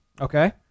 Okay